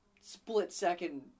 split-second